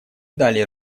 далее